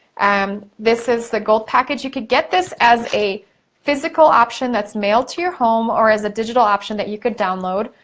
um this is the gold package. you could get this as a physical option that's mailed to your hope or as a digital option that you could download.